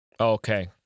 Okay